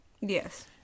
Yes